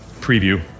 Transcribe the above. preview